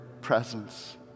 presence